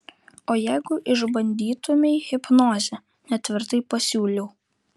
o jeigu išbandytumei hipnozę netvirtai pasiūliau